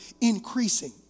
increasing